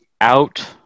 out